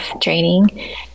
training